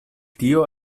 tio